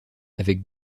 avec